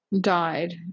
died